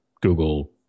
Google